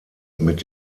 mit